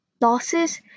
losses